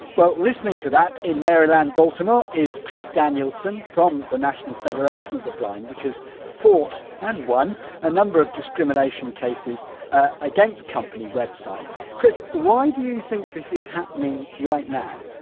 listening to that in maryland baltimore is chris danielsen from the national federation of the blind which has fought and won a number of discrimination cases against company websites. chris, why do you think this is happening right now?